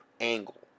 angle